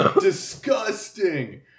Disgusting